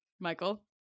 Michael